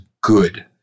good